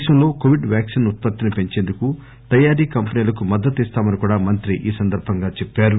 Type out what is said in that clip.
దేశంలో Covid vaccine ఉత్పత్తిని పెంచేందుకు తయారీ కంపెనీలకు మద్దతు ఇస్తామని మంత్రి చెప్పారు